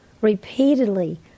repeatedly